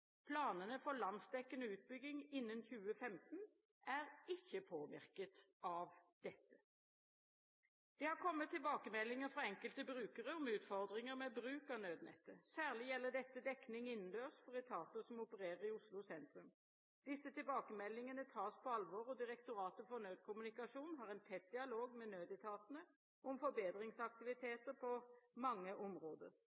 Planene for landsdekkende utbygging innen 2015 er ikke påvirket av dette. Det har kommet tilbakemeldinger fra enkelte brukere om utfordringer med bruk av Nødnett. Særlig gjelder dette dekning innendørs for etater som opererer i Oslo sentrum. Disse tilbakemeldingene tas på alvor, og Direktoratet for nødkommunikasjon har en tett dialog med nødetatene om